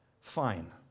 fine